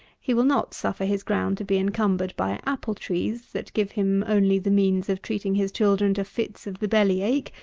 he will not suffer his ground to be encumbered by apple-trees that give him only the means of treating his children to fits of the belly-ache,